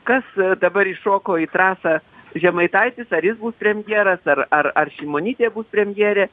kas dabar įšoko į trasą žemaitaitis ar jis bus premjeras ar ar šimonytė bus premjerė